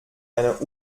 einer